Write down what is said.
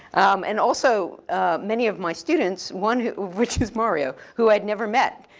and also many of my students one who, which is mario who i had never met,